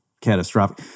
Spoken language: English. catastrophic